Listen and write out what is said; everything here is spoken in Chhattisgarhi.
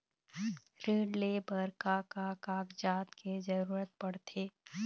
ऋण ले बर का का कागजात के जरूरत पड़थे?